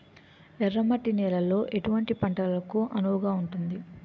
ఎర్ర మట్టి నేలలో ఎటువంటి పంటలకు అనువుగా ఉంటుంది?